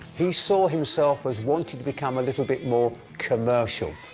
he saw himself as wanting to become a little bit more commercial.